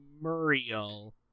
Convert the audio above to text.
Muriel